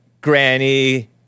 granny